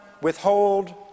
withhold